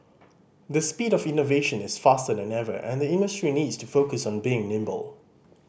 the speed of innovation is faster than ever and the industry needs to focus on being nimble